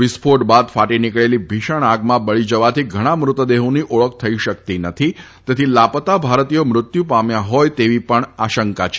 વિસ્ફોટ બાદ ફાટી નીકળેલી ભીષણ આગમાં બળી જવાથી ઘણા મૃતદેહોની ઓળખ થઇ શકતી નથી તેથી લાપતા ભારતીથો મૃત્યુ પામ્યા હોય તેવી પણ આશંકા છે